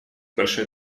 большой